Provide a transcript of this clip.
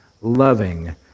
loving